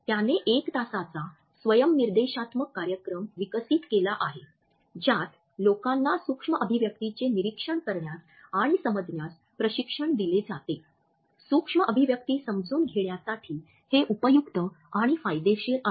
त्याने एक तासाचा स्वयं निर्देशात्मक कार्यक्रम विकसित केला आहे ज्यात लोकांना सूक्ष्म अभिव्यक्तींचे निरीक्षण करण्यास आणि समजण्यास प्रशिक्षण दिले जाते सूक्ष्म अभिव्यक्ती समजून घेण्यासाठी हे उपयुक्त आणि फायदेशीर आहे